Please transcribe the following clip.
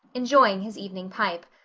enjoying his evening pipe.